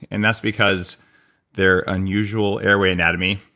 and that's because they're unusual airway anatomy,